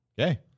Okay